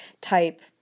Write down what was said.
type